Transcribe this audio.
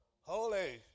Holy